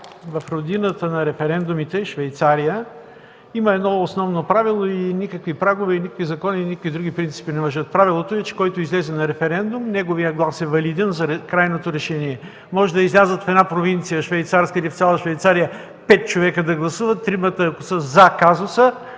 в родината на референдумите Швейцария има едно основно правило, и никакви прагове, никакви закони и никакви други принципи не важат. Правило е, че който излезе на референдум, неговият глас е валиден за крайното решение. Може да излязат в една швейцарска провинция или в цяла Швейцария 5 човека да гласуват, тримата ако са за казуса,